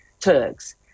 Turks